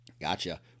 Gotcha